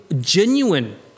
genuine